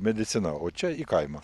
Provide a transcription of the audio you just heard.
medicina o čia į kaimą